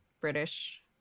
British